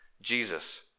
Jesus